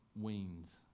weans